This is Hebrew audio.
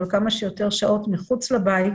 אבל כמה שיותר שעות מחוץ לבית